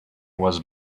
was